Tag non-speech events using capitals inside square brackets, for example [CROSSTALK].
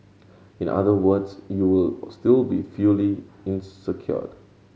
in other words you will still be [UNINTELLIGIBLE] in secured